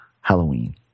Halloween